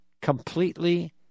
Completely